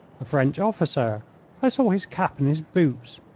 a french officer i saw his cap and his boots.